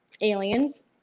Aliens